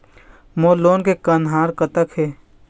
मोर loan के कन्हार कतक हे?